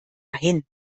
hin